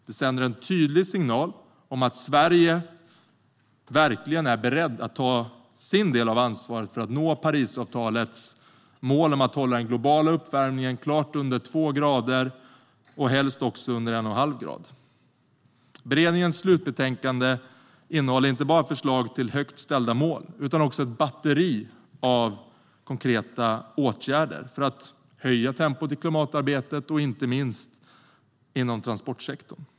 Det sänder en tydlig signal om att Sverige verkligen är berett att ta sin del av ansvaret för att nå Parisavtalets mål om att hålla den globala uppvärmningen väl under två grader och helst under en och en halv grad. Beredningens slutbetänkande innehåller inte bara förslag till högt ställda mål utan också ett batteri av konkreta åtgärder för att höja tempot i klimatarbetet, inte minst inom transportsektorn.